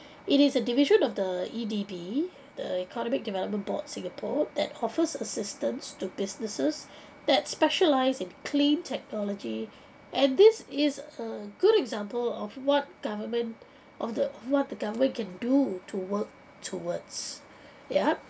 it is a division of the E_D_B the economic development board singapore that offers assistance to businesses that specialise in clean technology and this is a good example of what government of the what the government can do to work towards yup